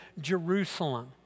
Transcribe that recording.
Jerusalem